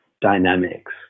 dynamics